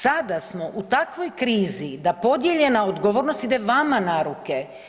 Sada smo u takvoj krizi da podijeljena odgovornost ide vama na ruke.